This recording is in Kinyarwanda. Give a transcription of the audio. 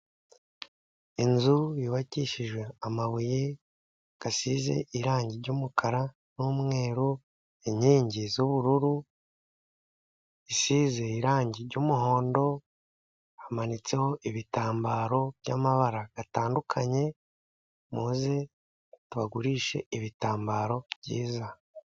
Inzu yubakishije amabuye asize irangi ry'umukara n'umweru, inkingi z'ubururu zisize irangi ry'umuhondo, hamanitseho ibitambaro by'amabara atandukanye, muze tubagurishe ibitambaro byiza.